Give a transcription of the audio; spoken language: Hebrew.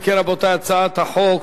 ההצעה להעביר את הצעת חוק